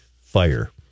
fire